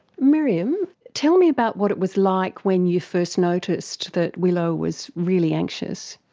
miriam, tell me about what it was like when you first noticed that willow was really anxious?